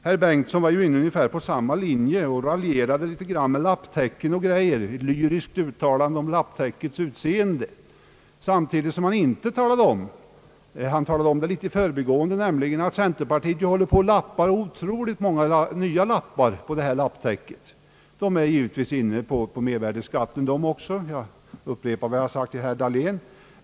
Herr Bengtson var inne på ungefär samma linje. Han raljerade med tal om lapptäcken m.m. Han gjorde ett lyriskt uttalande om lapptäckets utseende, men han berörde endast i förbigående det faktum att centerpartiet har satt otroligt många nya lappar i detta täcke. Han är här givetvis också inne på mervärdeskatten, och här kan jag då upprepa vad jag nyss har sagt till herr Dahlén.